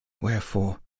Wherefore